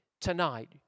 Tonight